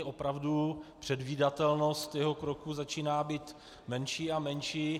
Opravdu předvídatelnost jeho kroků začíná být menší a menší.